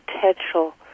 potential